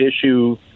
issue